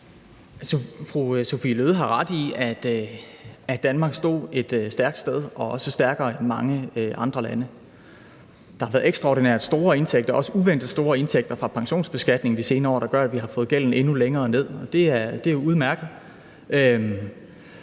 Fru Sophie Løhde har ret i, at Danmark stod et stærkt sted, også på et stærkere sted end mange andre lande. Der har været ekstraordinært store indtægter, også uventet store indtægter fra pensionsbeskatningen de senere år, der gør, at vi har fået gælden endnu længere ned. Det er udmærket.